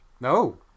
No